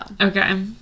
Okay